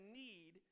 need